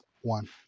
One